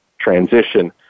transition